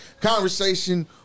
Conversation